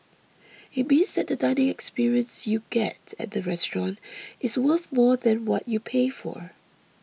it means that the dining experience you get at the restaurant is worth more than what you pay for